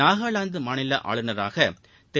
நாகலாந்து மாநில ஆளுநராக திரு